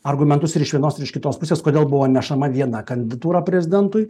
argumentus ir iš vienos ir iš kitos pusės kodėl buvo nešama viena kandidatūra prezidentui